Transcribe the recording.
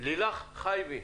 לילך חייבי.